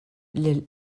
lil